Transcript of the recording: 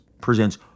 presents